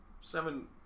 seven